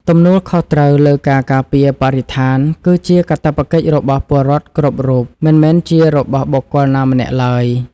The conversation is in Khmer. ទំនួលខុសត្រូវលើការការពារបរិស្ថាន គឺជាកាតព្វកិច្ចរបស់ពលរដ្ឋគ្រប់រូបមិនមែនជារបស់បុគ្គលណាម្នាក់ឡើយ។